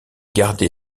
gardé